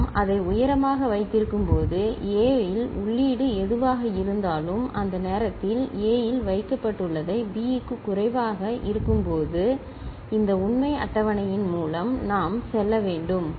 நாம் அதை உயரமாக வைத்திருக்கும்போது A இல் உள்ளீடு எதுவாக இருந்தாலும் அந்த நேரத்தில் மன்னிக்கவும் A இல் வைக்கப்பட்டுள்ளதை B குறைவாக இருக்கும்போது இந்த உண்மை அட்டவணையின் மூலம் நாம் செல்ல வேண்டும் B L QH L